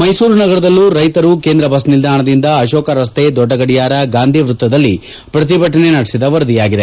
ಮೈಸೂರು ನಗರದಲ್ಲೂ ರೈತರು ಕೇಂದ್ರ ಬಸ್ ನಿಲ್ದಾಣದಿಂದ ಅಶೋಕ ರಸ್ತೆ ದೊಡ್ಡ ಗಡಿಯಾರ ಗಾಂಧಿ ವೃತ್ತದಲ್ಲಿ ಪ್ರತಿಭಟನೆ ನಡೆಸಿದ ವರದಿಯಾಗಿದೆ